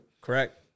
Correct